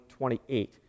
28